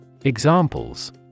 Examples